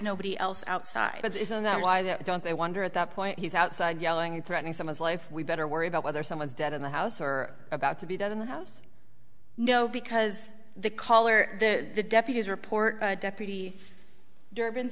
nobody else outside but isn't that why they don't they wonder at that point he's outside yelling and threatening someone's life we better worry about whether someone's dead in the house or about to be done in the house no because the caller the deputies report deputy durb